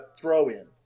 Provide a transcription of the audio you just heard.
throw-in